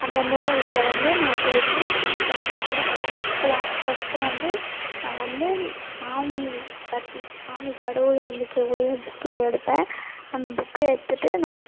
அந்த நூலகத்தில் வந்து நான் போயிட்டு எனக்கு பிடிச்ச புக்கெலாம் ஃபர்ஸ்ட்டு வந்து நான் வந்து சாமிப் பற்றி சாமி கடவுள் நம்பிக்கையுடைய புக்கு எடுப்பேன் அந்த புக்கை எடுத்துகிட்டு நான்